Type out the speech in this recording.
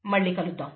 మళ్ళీ కలుద్దాం